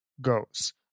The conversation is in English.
goes